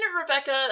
Rebecca